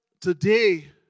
today